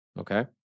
Okay